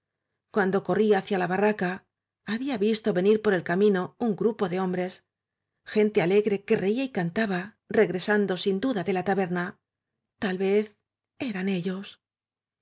cuando corría hacia la ba rraca había visto venir por el camino un de grupo hombres gente alegre que reía y cantaba regresando sin duda de la taberna tal vez eran ellos